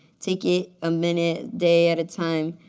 take it a minute, day at a time.